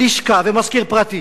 לשכה ומזכיר פרטי,